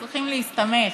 על זה אנחנו צריכים להסתמך.